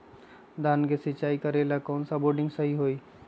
धान के सिचाई करे ला कौन सा बोर्डिंग सही होई?